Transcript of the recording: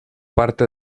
parte